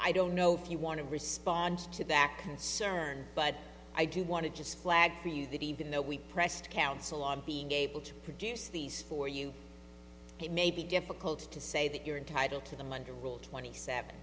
i don't know if you want to respond to that concern but i do want to just flag for you that even though we pressed council on being able to produce these for you it may be difficult to say that you're entitled to them under rule twenty seven